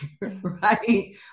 right